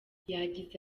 yagize